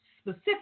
specific